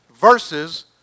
versus